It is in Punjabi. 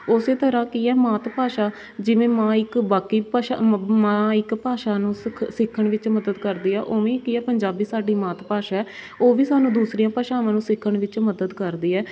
ਓਸੇ ਤਰ੍ਹਾਂ ਕੀ ਹੈ ਮਾਤ ਭਾਸ਼ਾ ਜਿਵੇਂ ਮਾਂ ਇੱਕ ਬਾਕੀ ਭਾਸ਼ਾ ਮ ਮਾਂ ਇੱਕ ਭਾਸ਼ਾ ਨੂੰ ਸਿਖ ਸਿੱਖਣ ਵਿੱਚ ਮਦਦ ਕਰਦੀ ਆ ਉਵੇਂ ਕੀ ਆ ਪੰਜਾਬੀ ਸਾਡੀ ਮਾਤ ਭਾਸ਼ਾ ਹੈ ਉਹ ਵੀ ਸਾਨੂੰ ਦੂਸਰੀਆਂ ਭਾਸ਼ਾਵਾਂ ਨੂੰ ਸਿੱਖਣ ਵਿੱਚ ਮਦਦ ਕਰਦੀ ਹੈ